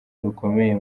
rukomeye